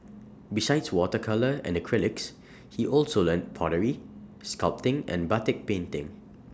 besides water colour and acrylics he also learnt pottery sculpting and batik painting